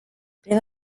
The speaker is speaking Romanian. prin